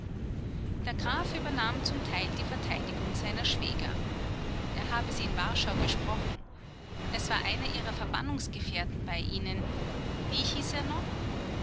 der graf übernahm zum teil die verteidigung seiner schwäger er habe sie in warschau gesprochen es war einer ihrer verbannungsgefährten bei ihnen wie hieß er doch